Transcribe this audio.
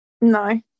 No